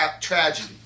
Tragedy